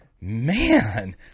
Man